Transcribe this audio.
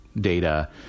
data